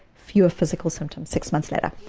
fewer physical symptoms six months later.